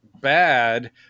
bad